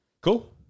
Cool